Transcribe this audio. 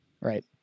right